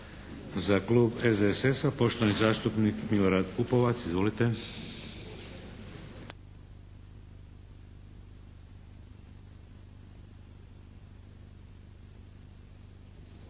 SDSS-a, poštovani zastupnik Milorad Pupovac. Izvolite.